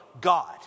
God